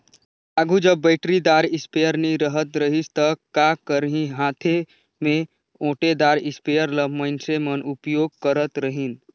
आघु जब बइटरीदार इस्पेयर नी रहत रहिस ता का करहीं हांथे में ओंटेदार इस्परे ल मइनसे मन उपियोग करत रहिन